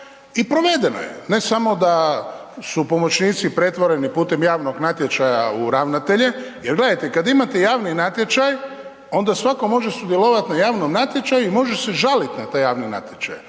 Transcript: i provedena je. Ne samo da su pomoćnici pretvoreni putem javnog natječaja u ravnatelja, jer gledajte, kada imate javni natječaj, onda svatko može sudjelovati na javnom natječaju i može se žaliti na taj javni natječaj.